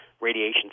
radiation